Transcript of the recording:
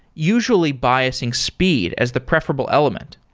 usually biasing speed as the preferable element,